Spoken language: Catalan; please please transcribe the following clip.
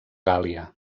gàl·lia